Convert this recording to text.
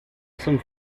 zum